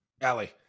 Allie